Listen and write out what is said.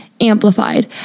amplified